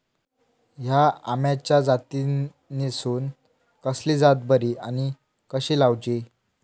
हया आम्याच्या जातीनिसून कसली जात बरी आनी कशी लाऊची?